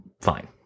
fine